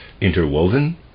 Interwoven